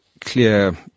clear